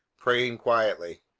praying quietly.